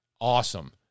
Awesome